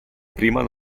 prima